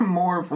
more